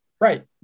Right